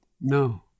No